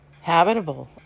habitable